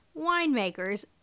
Winemakers